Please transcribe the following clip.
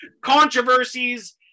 controversies